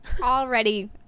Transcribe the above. Already